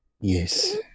Yes